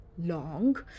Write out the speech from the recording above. long